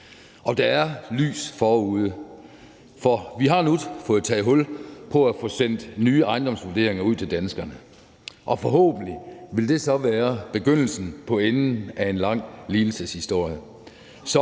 Og der er lys forude, for vi har nu fået taget hul på at få sendt nye ejendomsvurderinger ud til danskerne. Forhåbentlig vil det så være begyndelsen til enden på en lang lidelseshistorie.